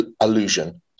illusion